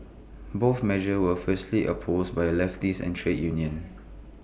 both measures were fiercely opposed by leftists and trade unions